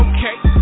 Okay